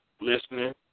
listening